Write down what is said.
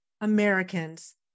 Americans